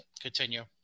Continue